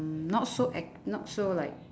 mm not so acc~ not so like